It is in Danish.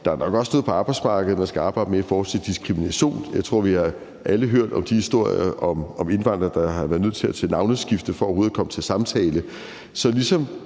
der er nok også noget på arbejdsmarkedet, man skal arbejde med i forhold til diskrimination. Jeg tror, vi alle har hørt de historier om indvandrere, der har været nødt til at tage navneskift for overhovedet at komme til samtale.